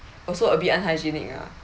also a bit unhygienic ah